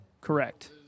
Correct